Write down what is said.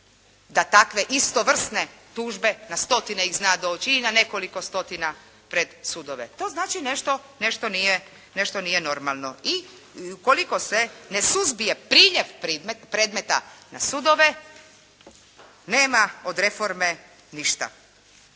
da takve istovrsne tužbe, na stotine ih zna doći, i na nekoliko stotina pred sudove. To znači nešto nije normalno. I ukoliko se ne suzbije priljev predmeta na sudove nema od reforme ništa,